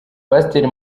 pasiteri